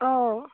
অঁ